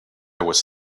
was